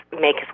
make